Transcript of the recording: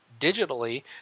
digitally